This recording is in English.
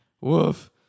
Woof